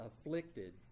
afflicted